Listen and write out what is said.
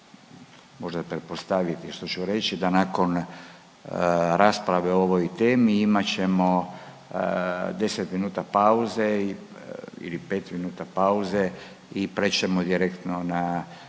možda pretpostaviti što ću reći da nakon rasprave o ovoj temi imat ćemo deset minuta pauze ili pet minuta pauze i prijeći ćemo direktno na